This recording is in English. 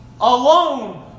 alone